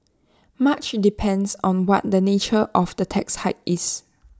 much in depends on what the nature of the tax hike is